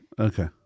Okay